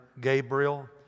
Gabriel